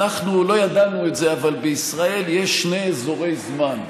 אנחנו לא ידענו את זה אבל בישראל יש שני אזורי זמן.